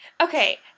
Okay